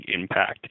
impact